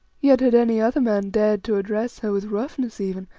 yet had any other man dared to address her with roughness even,